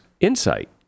insight